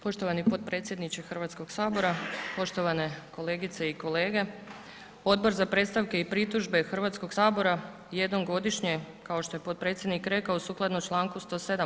Poštovani potpredsjedniče Hrvatskog sabora, poštovane kolegice i kolege, Odbor za predstavke i pritužbe Hrvatskog sabora jednom godišnje kao što je potpredsjednik rekao sukladno Članku 107.